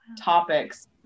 topics